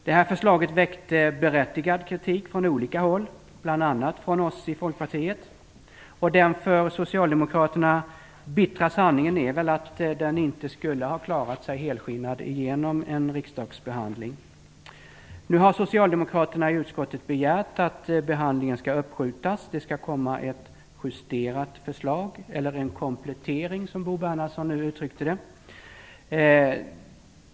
Detta förslag väckte berättigad kritik från olika håll, bl.a. från oss i Folkpartiet. Den för Socialdemokraterna bittra sanningen är förslaget inte skulle ha klarat sig helskinnat igenom en riksdagsbehandling. Nu har socialdemokraterna i utskottet begärt att behandlingen skall uppskjutas. Det skall komma ett "justerat förslag" eller en "komplettering", som Bo Bernhardsson nu uttryckte det.